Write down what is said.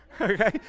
okay